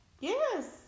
Yes